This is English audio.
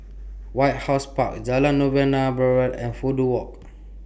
White House Park Jalan Novena Barat and Fudu Walk